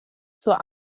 zur